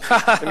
להיסטוריה.